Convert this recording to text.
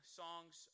songs